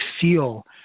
feel